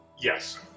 Yes